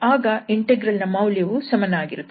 ಆಗ ಇಂಟೆಗ್ರಲ್ ನ ಮೌಲ್ಯವು ಸಮನಾಗಿರುತ್ತದೆ